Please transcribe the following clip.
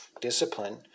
discipline